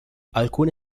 alcune